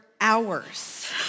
hours